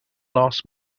last